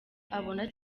abona